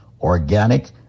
organic